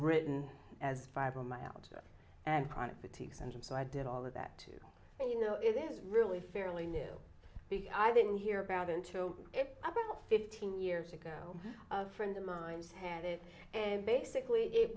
written as five on my out and chronic fatigue syndrome so i did all of that too and you know it is really fairly new i didn't hear about it until about fifteen years ago friend of mine's had it and basically it